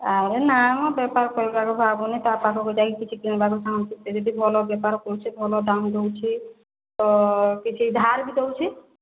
ଆରେ ନା ମ ବେପାର କରିବାକୁ ଭାବୁନି ତା ପାଖକୁ ଯାଇ କିଛି କିଣିବାକୁ ଚାଁହୁଛି ସେ ଯଦି ଭଲ ବେପାର କରୁଛି ଭଲ ଦାମ ଦେଉଛି ତ କିଛି ଧାର ବି ଦେଉଛି